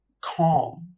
calm